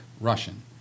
Russian